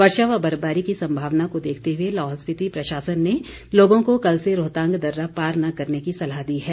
वर्षा व बर्फबारी की संभावना को देखते हुए लाहौल स्पीति प्रशासन ने लोगों को कल से रोहतांग दर्रा पार न करने की सलाह दी है